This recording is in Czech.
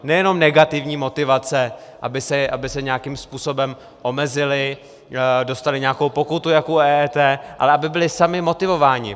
Nejenom negativní motivace, aby se nějakým způsobem omezili, dostali nějakou pokutu jako u EET, ale aby byli sami motivováni.